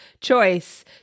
choice